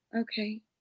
Okay